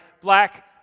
black